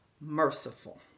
merciful